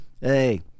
Hey